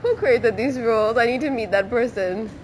who created this rules I need to meet that person